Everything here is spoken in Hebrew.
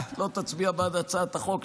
לא תצביע בעד הצעת החוק,